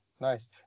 Nice